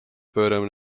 pöörama